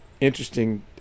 interesting